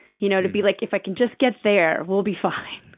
you know to be like, if i could just get there, we'll be fine,